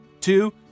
two